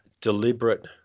deliberate